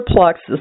plexus